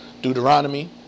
Deuteronomy